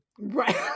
Right